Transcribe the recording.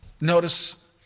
Notice